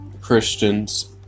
Christians